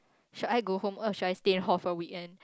should I go home or should I stay in hall for weekend